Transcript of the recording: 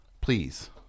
Please